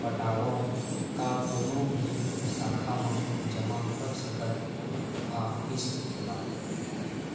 पटावव, का कोनो भी शाखा मा जमा कर सकथव का किस्त ला?